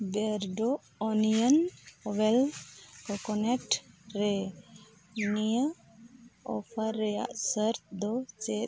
ᱵᱤᱭᱟᱨᱰᱳ onion oil concentrate ᱨᱮ ᱱᱤᱭᱟᱹ offer ᱨᱮᱱᱟᱜ ᱥᱚᱨᱛᱚᱫᱚ ᱪᱮᱫ